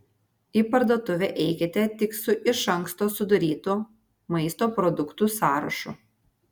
į parduotuvę eikite tik su iš anksto sudarytu maisto produktų sąrašu